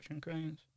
cranes